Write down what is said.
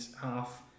half